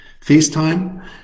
FaceTime